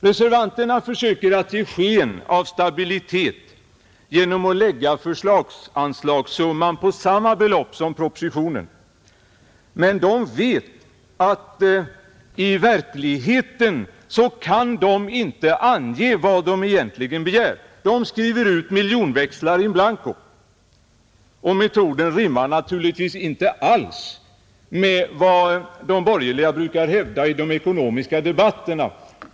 Reservanterna försöker ge sken av stabilitet genom att lägga det totala förslagsanslaget på samma belopp som propositionen, men de vet att de i verkligheten inte kan ange vad de skall begära, De skriver ut miljonväxlar in blanko, Det är en metod som inte alls rimmar med vad de borgerliga brukar hävda i de ekonomiska debatterna.